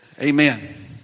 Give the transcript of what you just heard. Amen